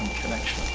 connection.